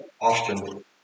often